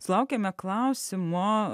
sulaukėme klausimo